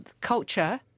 culture